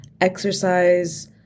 exercise